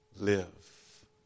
live